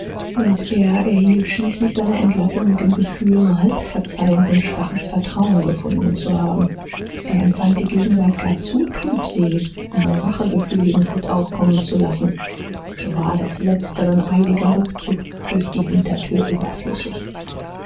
und er erhielt schließlich seine entlassung mit dem gefühl nur halbe verzeihung und schwaches vertrauen gefunden zu haben er empfand die gegenwart gar zu trübselig um ein rachegefühl gegen sid aufkommen zu lassen so war des letzteren eiliger rückzug durch die hintertür überflüssig